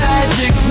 Magic